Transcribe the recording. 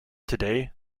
today